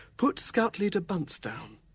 put scout leader bunce down.